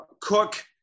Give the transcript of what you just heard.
cook